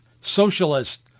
socialist